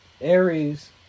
Aries